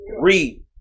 Read